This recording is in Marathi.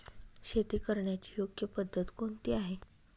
शेती करण्याची योग्य पद्धत कोणती आहे?